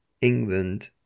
England